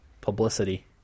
publicity